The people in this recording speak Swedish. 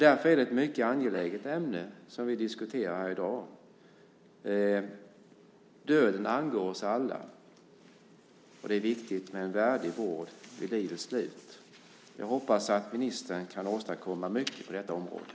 Därför är det ett mycket angeläget ämne som vi i dag här diskuterar. Döden angår oss alla. Det är viktigt med en värdig vård vid livets slut. Jag hoppas att ministern kan åstadkomma mycket på detta område.